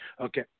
okay